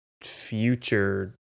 future